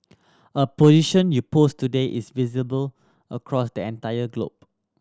a position you post today is visible across the entire globe